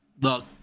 Look